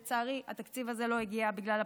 שלצערי התקציב הזה לא הגיע בגלל הבחירות.